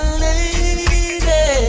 lady